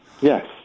Yes